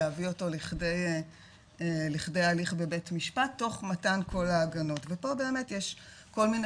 להביא אותו לכדי הליך בבית משפט תוך מתן כל ההנגנות ופה באמת יש כל מיני